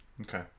Okay